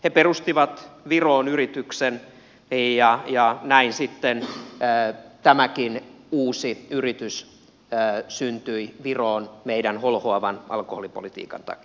he perustivat viroon yrityksen ja näin sitten tämäkin uusi yritys syntyi viroon meidän holhoavan alkoholipolitiikan takia